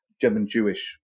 German-Jewish